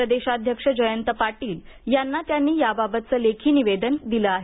प्रदेशाध्यक्ष जयंत पाटील यांना त्यांनी याबाबतचं लेखी निवेदन दिलं आहे